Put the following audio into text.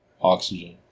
Oxygen